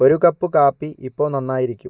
ഒരു കപ്പ് കാപ്പി ഇപ്പോൾ നന്നായിരിക്കും